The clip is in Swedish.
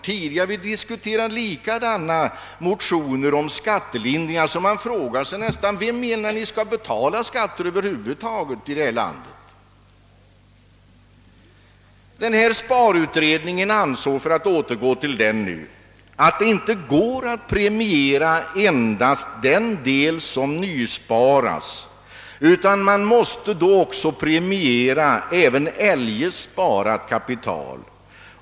Tidigare har vi diskuterat likadana motioner om skattelindringar, och man kan snart fråga sig: Vem skall över huvud taget betala skatt i detta land? För att återgå till sparutredningen ansåg denna att det inte går att premiera endast den del av kapitalet som nysparas, utan man måste också premiera annat sparat kapital.